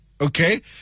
okay